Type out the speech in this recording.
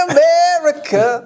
America